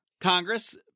Congress